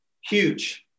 Huge